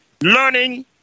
learning